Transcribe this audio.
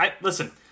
Listen